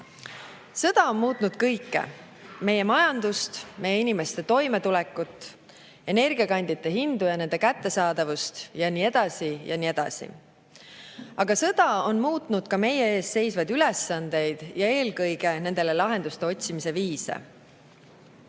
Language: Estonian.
Sõda on muutnud kõike: meie majandust, meie inimeste toimetulekut, energiakandjate kättesaadavust ja hindu jne, jne. Aga sõda on muutnud ka meie ees seisvaid ülesandeid ja eelkõige nendele lahenduste otsimise viise.